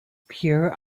pure